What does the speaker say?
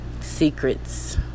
Secrets